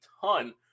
ton